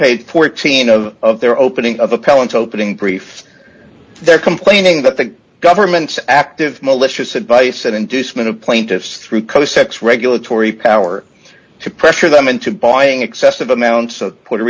page fourteen of their opening of appellant opening brief they're complaining that the government's active malicious advice and inducement of plaintiffs through co sex regulatory power to pressure them into buying excessive amounts of puerto